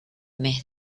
mes